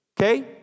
Okay